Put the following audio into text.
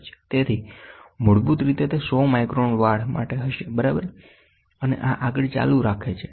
તેથીમૂળભૂત રીતે તે 100 માઇક્રોન વાળ માટે હશે બરાબર અને આ આગળ ચાલુ રાખે છે